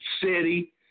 city